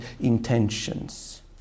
intentions